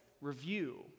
review